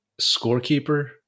scorekeeper